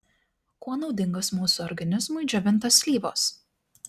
kuo naudingos mūsų organizmui džiovintos slyvos